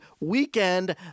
weekend